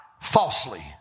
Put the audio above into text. falsely